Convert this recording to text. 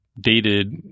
dated